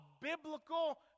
biblical